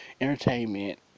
Entertainment